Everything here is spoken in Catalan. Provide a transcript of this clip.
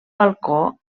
balcó